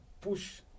push